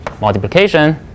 multiplication